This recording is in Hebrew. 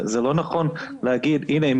זה לא נכון להגיד הנה,